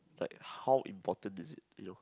like how important is it you know